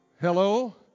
Hello